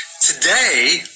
Today